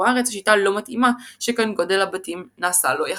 הארץ השיטה לא מתאימה שכן גודל הבתים נעשה לא יחסי.